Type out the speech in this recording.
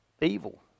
evil